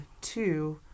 two